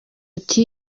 ati